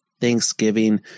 Thanksgiving